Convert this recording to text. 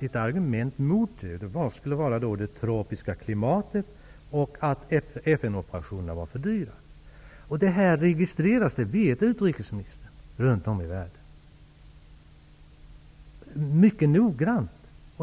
Ett argument mot det skulle vara det tropiska klimatet och att FN-operationerna var för dyra. Utrikesministern vet att detta registreras mycket noggrant runt om i världen.